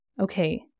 Okay